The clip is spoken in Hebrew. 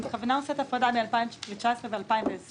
בכוונה עושה את ההפרדה בין 2019 ו-2020.